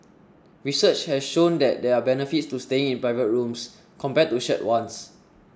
research has shown that there are benefits to staying in private rooms compared to shared ones